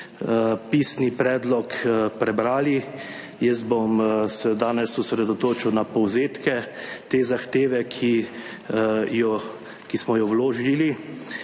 pisni predlog prebrali. Jaz bom se danes osredotočil na povzetke te zahteve, ki jo, ki smo jo vložili